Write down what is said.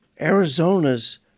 Arizona's